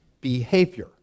behavior